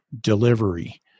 delivery